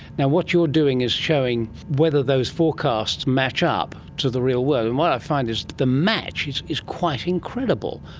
what you are doing is showing whether those forecasts match up to the real world. and what i find is that the match is quite incredible.